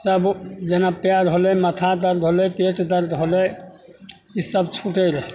सब जेना पाएर होलै माथा दरद होलै पेट दरद होलै ईसब छुटै रहै